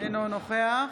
אינו נוכח